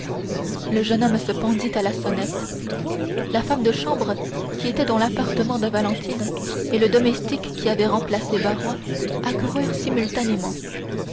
le jeune homme se pendit à la sonnette la femme de chambre qui était dans l'appartement de valentine et le domestique qui avait remplacé barrois accoururent simultanément